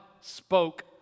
spoke